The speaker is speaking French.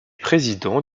président